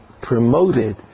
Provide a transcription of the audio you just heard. promoted